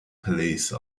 police